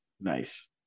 nice